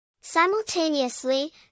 Simultaneously